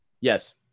yes